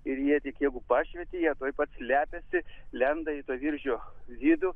ir jie tik jeigu pašvieti jie tuoj pat slepiasi lenda į tą viržio vidų